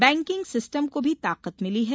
banking system को भी ताकत मिली है